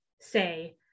say